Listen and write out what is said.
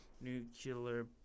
nuclear